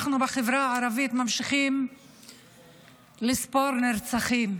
אנחנו בחברה הערבית ממשיכים לספור נרצחים.